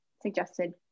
suggested